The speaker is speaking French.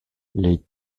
les